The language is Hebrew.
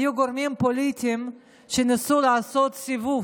היו גורמים פוליטיים שניסו לעשות סיבוב